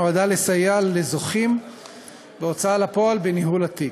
נועדה לסייע לזוכים בהוצאה לפועל בניהול התיק.